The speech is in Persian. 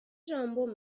ژامبون